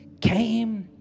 came